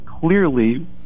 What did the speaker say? Clearly